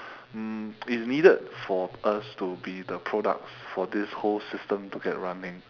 um it's needed for us to be the products for this whole system to get running